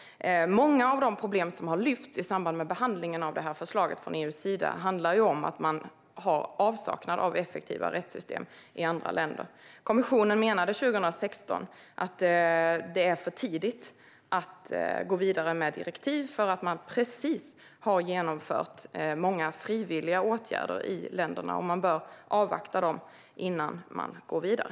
Många av de problem som har lyfts fram i samband med behandlingen av förslaget från EU:s sida handlar om avsaknad av effektiva rättssystem i andra länder. Kommissionen menade 2016 att det är för tidigt att gå vidare med direktiv eftersom man precis har vidtagit många frivilliga åtgärder i länderna. Man bör avvakta dem innan man går vidare.